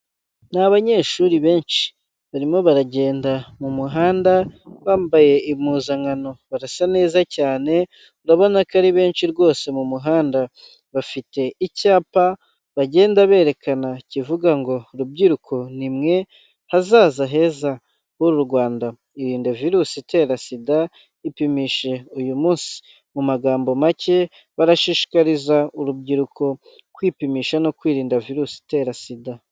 Ni abanyeshuri benshi, barimo baragenda mu muhanda bambaye impuzankano barasa neza cyane urabona ko ari benshi rwose mu muhanda, bafite icyapa bagenda berekana kivuga ngo rubyiruko ni mwe hazaza heza h'uru rwanda, irinde virusi itera Sida ipimisha uyu munsi mu magambo make barashishikariza urubyiruko kwipimisha no kwirinda virusi itera Sida.